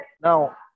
Now